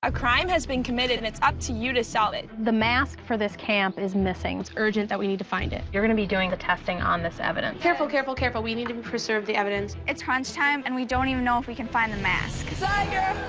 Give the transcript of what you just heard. a crime has been committed and it's up to you to solve it. the mask for this camp is missing. urgent that we need to find it. you're going to be doing the testing on this evidence. careful, careful, careful, we need to and preserve the evidence. it's crunch time and we don't even know if we can find the mask. scigirls!